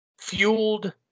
fueled